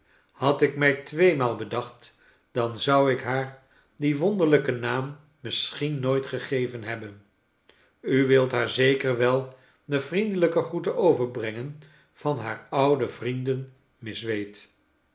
had ik mij tweemaal bedacht dan zou ik haar dien wonderliiken naam misschien nooit gegeven hebben u wilt haar zeker wel de vriendelijke groeten over brengen van haar oude vrienden miss wade